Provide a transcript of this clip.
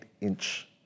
inch